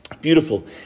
Beautiful